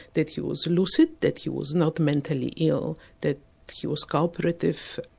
that he was lucid, that he was not mentally ill, that he was co-operative,